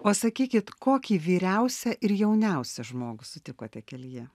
pasakykit kokį vyriausią ir jauniausią žmogų sutikote kelyje